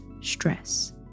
stress